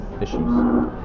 issues